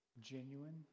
genuine